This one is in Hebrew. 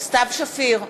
סתיו שפיר,